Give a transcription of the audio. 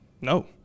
no